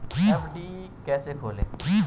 FD कैसे खोलें?